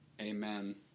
Amen